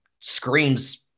screams